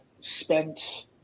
spent